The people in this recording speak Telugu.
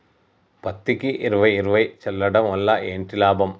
పత్తికి ఇరవై ఇరవై చల్లడం వల్ల ఏంటి లాభం?